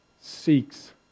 seeks